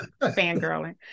Fangirling